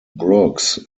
brooks